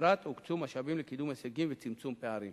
בפרט הוקצו משאבים לקידום הישגים ולצמצום פערים.